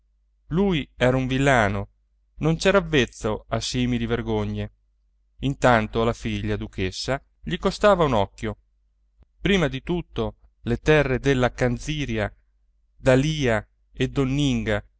lui era un villano non c'era avvezzo a simili vergogne intanto la figlia duchessa gli costava un occhio prima di tutto le terre della canziria d'alìa e donninga